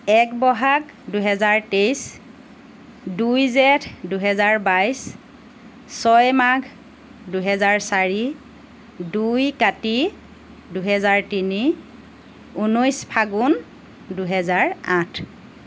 এক বহাগ দুহেজাৰ তেইছ দুই জেঠ দুহেজাৰ বাইছ ছয় মাঘ দুহেজাৰ চাৰি দুই কাতি দুহেজাৰ তিনি ঊনৈছ ফাগুন দুহেজাৰ আঠ